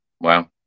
Wow